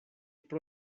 pro